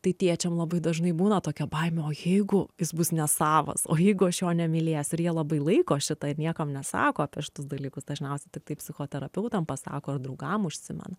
tai tėčiam labai dažnai būna tokia baimė o jeigu jis bus ne savas o jeigu aš jo nemylėsiu ir jie labai laiko šitą ir niekam nesako apie šitus dalykus dažniausiai tiktai psichoterapeutam pasako ir draugam užsimena